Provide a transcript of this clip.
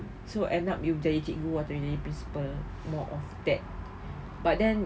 so end up you jadi cikgu atau jadi principal more of that but then